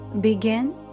Begin